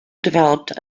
developed